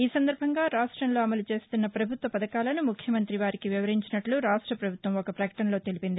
ఈ సందర్భంగా రాష్టంలో అమలుచేస్తున్న పభుత్వ పథకాలను ముఖ్యమంత్రి వారికి వివరించినట్లు రాష్ట ప్రభుత్వం ఒక ప్రకటనలో తెలిపింది